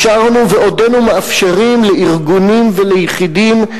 אפשרנו ועודנו מאפשרים לארגונים וליחידים,